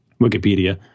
Wikipedia